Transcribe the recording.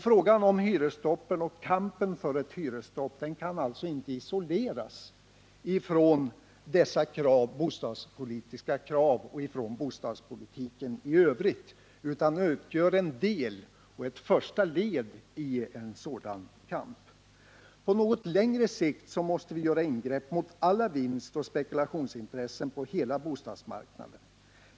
Frågan om hyresstopp — och kampen för ett hyresstopp — kan alltså inte isoleras från dessa bostadspolitiska krav och från bostadspolitiken i övrigt utan utgör en del av och ett första led i en sådan kamp. På något längre sikt måste vi göra ingrepp mot alla vinstoch spekulationsintressen på hela bostadsmarknaden.